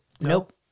nope